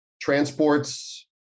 transports